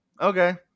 Okay